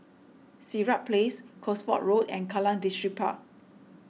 Sirat Place Cosford Road and Kallang Distripark